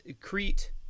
crete